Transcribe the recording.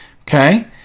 Okay